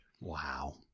Wow